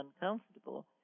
uncomfortable